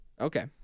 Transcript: Okay